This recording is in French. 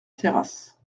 terrasse